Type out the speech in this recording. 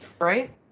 Right